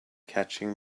catching